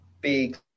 big